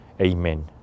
Amen